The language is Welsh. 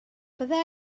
bydda